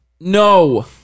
No